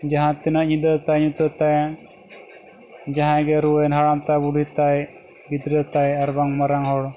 ᱡᱟᱦᱟᱸ ᱛᱤᱱᱟᱹᱜ ᱧᱤᱫᱟᱹ ᱛᱟᱭ ᱧᱩᱛᱟᱹᱛ ᱛᱟᱭ ᱡᱟᱦᱟᱸᱭ ᱜᱮ ᱨᱩᱣᱟᱹᱭᱮᱱᱮ ᱦᱟᱲᱟᱢ ᱛᱟᱭ ᱵᱩᱰᱷᱤ ᱛᱟᱭ ᱜᱤᱫᱽᱨᱟᱹ ᱛᱟᱭ ᱟᱨ ᱵᱟᱝ ᱢᱟᱨᱟᱝ ᱦᱚᱲ